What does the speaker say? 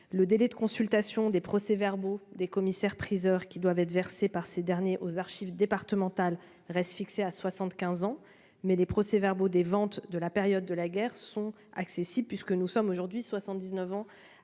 le délai de consultation des procès-verbaux des commissaires priseur qui doivent être versés par ces derniers, aux archives départementales reste fixée à 75 ans, mais les procès-verbaux des ventes de la période de la guerre sont accessibles puisque nous sommes aujourd'hui 79 ans